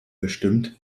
bestimmt